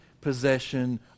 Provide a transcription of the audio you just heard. possession